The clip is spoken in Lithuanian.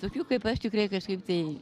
tokių kaip aš tikrai kažkaip tai